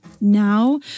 Now